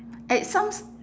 at some s~